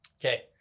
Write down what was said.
okay